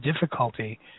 difficulty